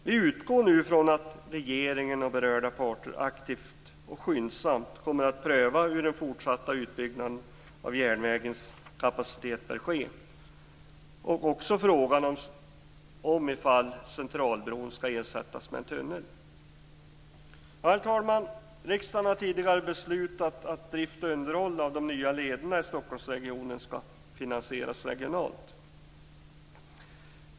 Vi utgår ifrån att regeringen och berörda parter aktivt och skyndsamt kommer att pröva hur den fortsatta utbyggnaden av järnvägens kapacitet bör ske och också pröva frågan om ifall Centralbron skall ersättas med en tunnel. Herr talman! Riksdagen har tidigare beslutat att drift och underhåll av de nya lederna i Stockholmsregionen skall finansieras regionalt.